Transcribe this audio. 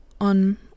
on